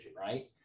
right